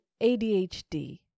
ADHD